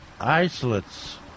isolates